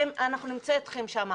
אנחנו נמצא אתכם שם,